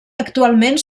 actualment